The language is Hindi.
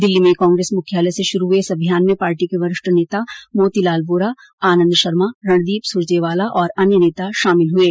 दिल्ली में कांग्रेस मुख्यालय से शुरू हये इस अभियान में पार्टी के वरिष्ठ नेता मोतीलाल वोरा आनन्द शर्मा रणदीप सुरजेवाला और अन्य नेता शामिल हुये